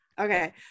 Okay